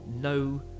no